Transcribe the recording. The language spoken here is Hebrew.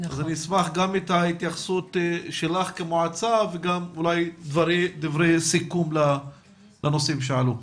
אז אשמח גם את ההתייחסות שלך כמועצה ואולי גם דברי סיכום לנושאים שעלו.